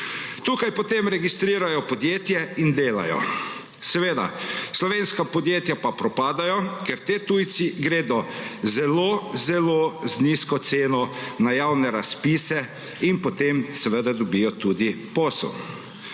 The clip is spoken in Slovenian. Tukaj potem registrirajo podjetje in delajo. Seveda slovenska podjetja pa propadajo, ker ti tujci gredo zelo zelo z nizko ceno na javne razpise in potem seveda dobijo tudi posel.